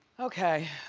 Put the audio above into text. okay.